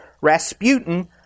Rasputin